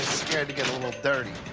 scared to get a little dirty.